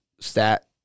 Stat